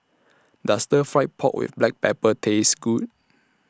Does Stir Fry Pork with Black Pepper Taste Good